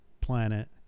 planet